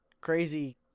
crazy